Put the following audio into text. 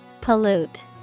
Pollute